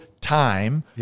time